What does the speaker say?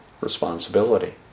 responsibility